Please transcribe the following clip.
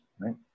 right